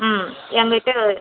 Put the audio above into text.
ம் எங்கள்ட்ட